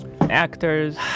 actors